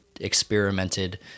experimented